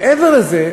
מעבר לזה,